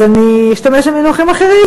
אז אני אשתמש במינוחים אחרים,